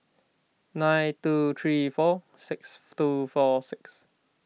nine two three four six two four six